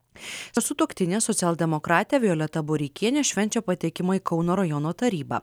sutuoktinė socialdemokratė violeta boreikienė švenčia patekimą į kauno rajono tarybą